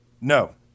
No